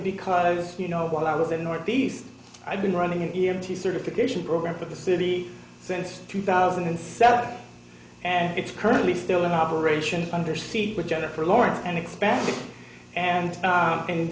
because you know while i was in northeast i've been running in here to certification program for the city since two thousand and seven and it's currently still in operation under siege with jennifer lawrence and expanded and